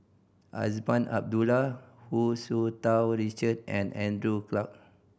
Azman Abdullah Hu Tsu Tau Richard and Andrew Clarke